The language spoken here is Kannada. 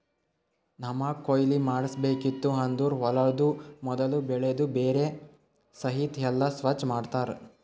ನಮ್ಮಗ್ ಕೊಯ್ಲಿ ಮಾಡ್ಸಬೇಕಿತ್ತು ಅಂದುರ್ ಹೊಲದು ಮೊದುಲ್ ಬೆಳಿದು ಬೇರ ಸಹಿತ್ ಎಲ್ಲಾ ಸ್ವಚ್ ಮಾಡ್ತರ್